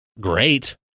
great